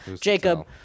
Jacob